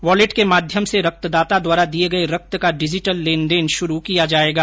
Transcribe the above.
wallet के माध्यम से रक्तदाता द्वारा दिए गए रक्त का डिजिटल लेनदेन शुरू किया जाएगा